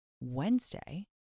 Wednesday